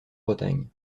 bretagne